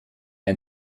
ein